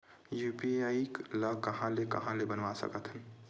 UPI ल कहां ले कहां ले बनवा सकत हन?